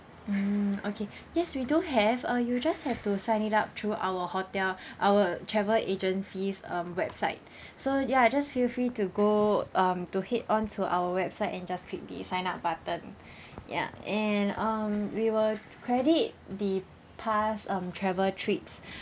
mm okay yes we do have uh you just have to sign it up through our hotel our travel agency's um website so ya just feel free to go um to head on to our website and just click the sign up button ya and um we will credit the past um travel trips